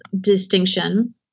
distinction